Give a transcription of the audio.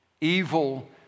Evil